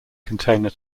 container